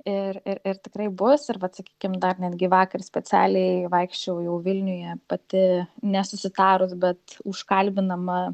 ir ir ir tikrai bus ir vat sakykim dar netgi vakar specialiai vaikščiojau jau vilniuje pati nesusitarus bet užkalbinama